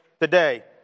today